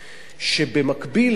שבמקביל לעניין הזה,